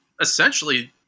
essentially